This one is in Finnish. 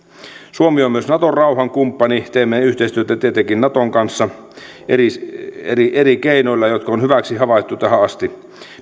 suomi on myös naton rauhankumppani teemme yhteistyötä tietenkin naton kanssa eri eri keinoilla jotka on hyväksi havaittu tähän asti